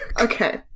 Okay